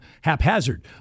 haphazard